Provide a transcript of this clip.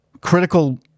critical